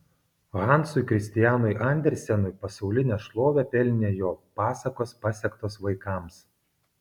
hansui kristianui andersenui pasaulinę šlovę pelnė jo pasakos pasektos vaikams